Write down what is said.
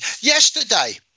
Yesterday